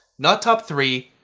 not top three,